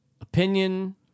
opinion